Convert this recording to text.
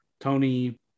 Tony